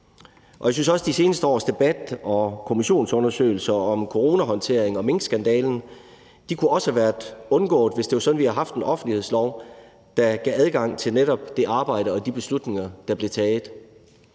Jeg synes også, de seneste års debat og kommissionsundersøgelser om coronahåndtering og minkskandalen kunne have været undgået, hvis vi havde haft en offentlighedslov, der gav adgang til netop det arbejde og de beslutninger, der blev taget.